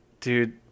Dude